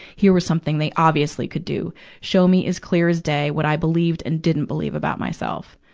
here was something they obviously could do show me as clear as day what i believed and didn't believe about myself.